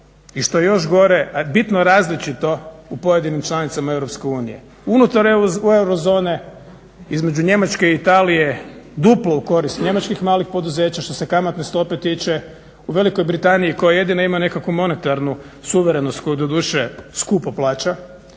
i što je još gore bitno različito u pojedinim članicama EU, unutar euro zone, između Njemačke i Italije duplo u korist njemačkih malih poduzeća što se kamatne stope tiče. U Velikoj Britaniji koja jedina ima nekakvu monetarnu suverenost koju doduše skupo plaća